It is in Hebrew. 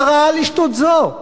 מה ראה לשטות זו?